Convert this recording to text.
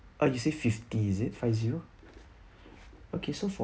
uh you say fifty is it five zero okay so for